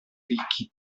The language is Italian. ricchi